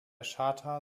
charta